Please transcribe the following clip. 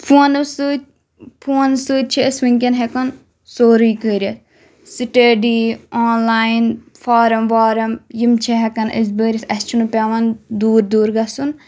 فونو سٟتۍ فونہٕ سۭتۍ چھ أسۍ وٕنکؠن ہؠکَن سورُے کٔرِتھ سِٹیڈی آنلایِن فارَم وارَم یِم چھ ہؠکان أسۍ بٔرِتھ اَسہِ چھنہٕ پؠوان دوٗر دوٗر گَژھُن